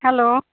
hello